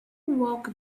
walk